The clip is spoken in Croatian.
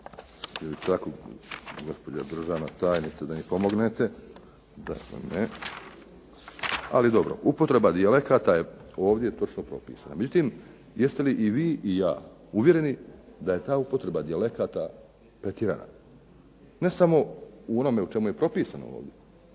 li tako gospođo državna tajnice da mi pomognete, ali dobro. Upotreba dijalekata je ovdje točno propisana. Međutim, jeste li i vi i ja uvjereni da je ta upotreba dijalekata pretjerana? Ne samo u onome u čemu je propisana nego